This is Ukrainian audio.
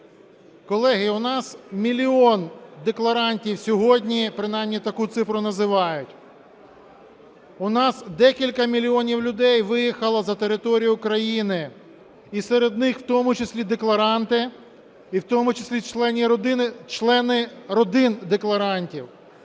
Колеги, у нас мільйон декларантів сьогодні, принаймні таку цифру називають. У нас декілька мільйонів людей виїхало за територію України, і серед них в тому числі декларанти, і в тому числі члени родин декларантів.